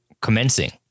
commencing